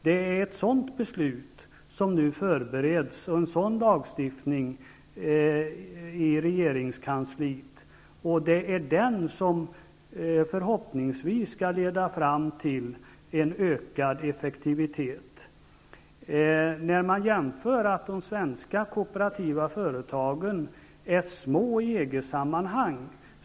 Det är en sådan lagstiftning som nu förbereds i regeringskansliet. Det är den som förhoppningsvis skall leda fram till en ökad effektivitet De svenska kooperativa företagen är jämförelsevis små i EG-sammanhang.